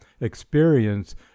experience